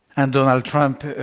and donald trump,